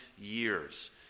years